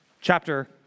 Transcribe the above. chapter